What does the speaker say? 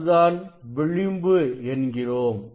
அது தான் விளிம்பு என்கிறோம்